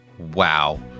Wow